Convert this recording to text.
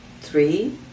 three